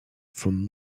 from